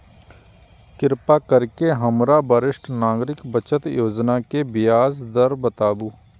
कृपा करके हमरा वरिष्ठ नागरिक बचत योजना के ब्याज दर बताबू